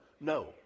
no